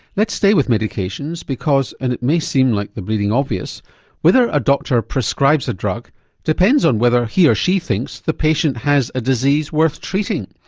let's stay with medications because and it may seem like the bleeding obvious whether a doctor prescribes a drug depends on whether he or she thinks the patient has a disease worth treating.